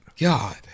God